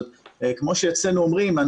כמו שאצלנו אומרים,